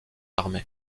armée